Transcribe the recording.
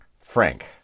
Frank